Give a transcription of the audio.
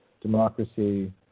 democracy